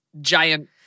giant